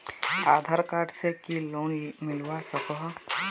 आधार card से की loan मिलवा सकोहो?